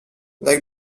like